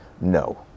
no